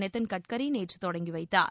நிதின் கட்கரி நேற்று தொடங்கி வைத்தார்